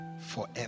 forever